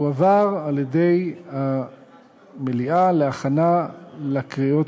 והועבר על-ידי המליאה להכנה לקריאות